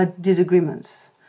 disagreements